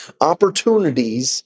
opportunities